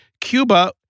Cuba